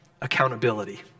accountability